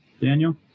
Daniel